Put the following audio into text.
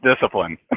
discipline